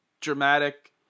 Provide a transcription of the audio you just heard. dramatic